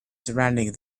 surrounding